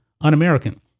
un-American